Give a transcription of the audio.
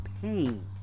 pain